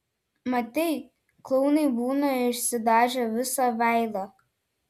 matei klounai būna išsidažę visą veidą